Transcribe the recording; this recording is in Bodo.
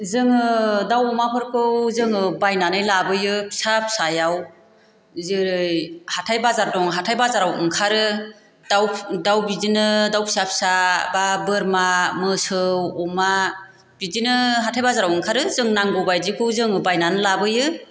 जोङो दाउ अमाफोरखौ जोङो बायनानै लाबोयो फिसा फिसायाव जेरै हाथाय बाजार दं हाथाय बाजाराव ओंखारो दाउ दाउ बिदिनो दाउ फिसा फिसा बा बोरमा मोसौ अमा बिदिनो हाथाय बाजाराव ओंखारो जों नांगौ बायदिखौ जोङो बायनानै लाबोयो